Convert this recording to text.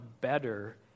better